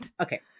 Okay